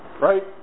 right